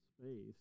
space